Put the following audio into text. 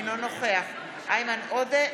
אינו נוכח איימן עודה,